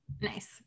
nice